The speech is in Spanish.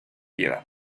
piedad